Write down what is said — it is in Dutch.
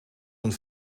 een